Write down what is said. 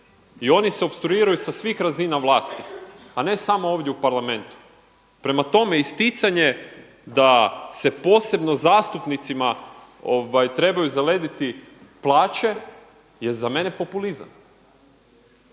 i oni se opstruiraju sa svih razina vlasti a ne samo ovdje u parlamentu. Prema tome isticanje da se posebno zastupnicima trebaju zalediti plaće je za mene populizam.